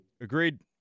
Agreed